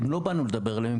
לא באנו לדבר עליהם,